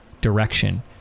direction